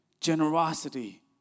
Generosity